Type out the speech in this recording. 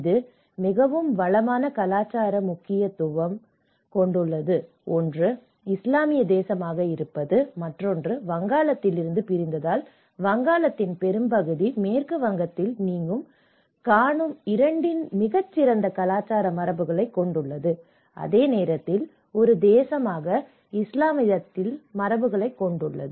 இது மிகவும் வளமான கலாச்சார முக்கியத்துவத்தைக் கொண்டுள்ளது ஒன்று இஸ்லாமிய தேசமாக இருப்பது மற்றொன்று வங்காளத்திலிருந்து பிரிந்ததால் வங்காளத்தின் பெரும்பகுதி மேற்கு வங்கத்தில் நீங்கள் காணும் இரண்டின் மிகச் சிறந்த கலாச்சார மரபுகளைக் கொண்டுள்ளது அதே நேரத்தில் ஒரு தேசமாக இஸ்லாத்திலிருந்து மரபுகளையும் கொண்டுள்ளது